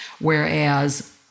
whereas